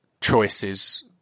choices